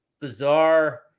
bizarre